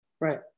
Right